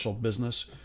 business